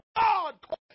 god